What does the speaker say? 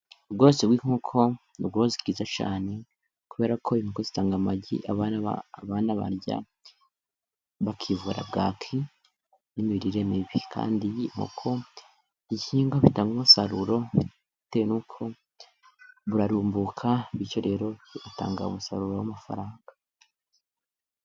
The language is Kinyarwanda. Ubworozi bw’inkoko ni ubworozi bwiza cyane, kubera ko inkoko zitanga amagi, abana barya bakivura bwaki n’imirire mibi. Kandi inkoko ni igihingwa gitanga umusaruro, bitewe n’uko burarumbuka, bityo rero bigatanga umusaruro w’amafaranga.